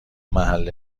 محل